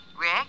Rick